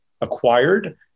acquired